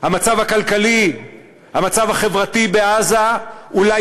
המצב הכלכלי והמצב החברתי בעזה אולי